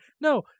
No